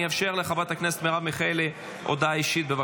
אני אאפשר לחברת הכנסת מרב מיכאלי הודעה אישית.